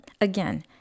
again